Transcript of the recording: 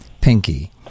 Pinky